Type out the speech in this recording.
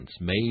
made